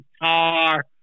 guitar